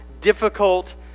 difficult